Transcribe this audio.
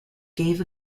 gave